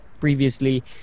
previously